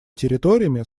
территориями